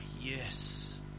yes